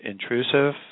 intrusive